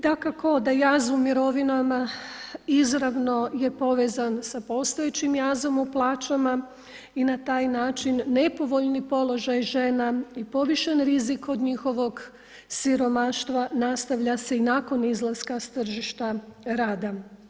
Dakako da jaz u mirovinama izravno je povezan sa postojećim jazom u plaćama i na taj način nepovoljni položaj žena i povišen rizik od njihovog siromaštva nastavlja se i nakon izlaska s tržišta rada.